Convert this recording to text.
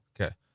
Okay